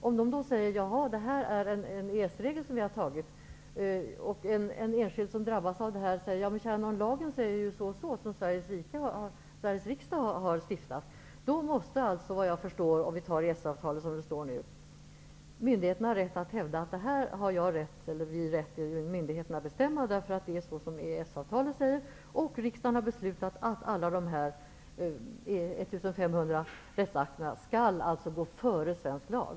Om de då säger att en föreskrift är en EES-regel som har antagits och en enskild som drabbas säger att den lag som Sveriges riksdag har stiftat säger på ett annat sätt, måste alltså efter vad jag förstår, om vi utgår från EES-avtalet som det ser ut nu, myndigheten ha rätt att hävda att man har rätt att bestämma, eftersom man följer EES-avtalets föreskrifter och riksdagen har beslutat att alla de 1 500 rättsakterna skall gå före svensk lag.